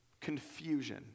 Confusion